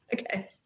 Okay